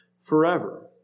forever